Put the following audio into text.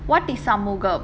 what is சமூகம்:samugam